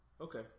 Okay